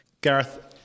Gareth